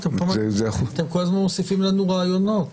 אתם כל הזמן מוסיפים לנו רעיונות.